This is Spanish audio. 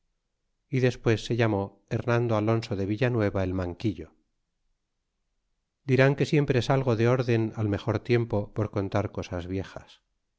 y despues se llamó herp ando alonzo de villanueva el manguillo dirán que siempre salgo de rden al mejor tiempo por contar cosas viejas